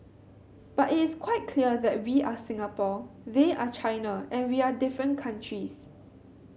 but it is quite clear that we are Singapore they are China and we are different countries